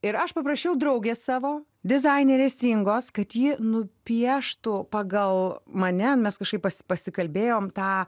ir aš paprašiau draugės savo dizainerės ingos kad ji nupieštų pagal mane mes kažkaip pasikalbėjom tą